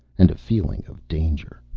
and a feeling of danger!